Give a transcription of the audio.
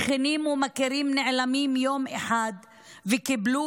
שכנים ומכרים נעלמים יום אחד וקיבלו